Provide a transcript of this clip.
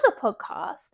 podcast